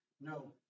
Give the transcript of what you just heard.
No